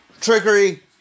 Trickery